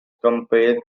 compared